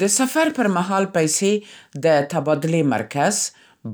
د سفر پر مهال، پیسې د تبادلې مرکز،